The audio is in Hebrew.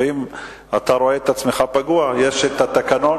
ואם אתה רואה את עצמך פגוע, יש התקנון,